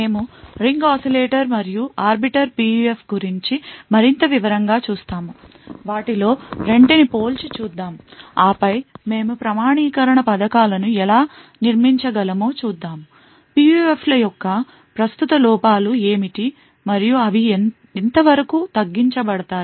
మేము ring oscillator మరియు arbiter PUF గురించి మరింత వివరంగా చూస్తాము వాటిలో 2 ని పోల్చి చూద్దాం ఆపై మేము ప్రామాణీకరణ పథకాలను ఎలా నిర్మించగలమో చూద్దాం PUF ల యొక్క ప్రస్తుత లోపాలు ఏమిటి మరియు అవి ఎంతవరకు తగ్గించబడతాయి